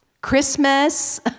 Christmas